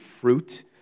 fruit